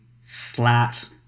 slat